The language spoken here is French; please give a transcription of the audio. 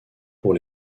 pour